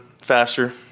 faster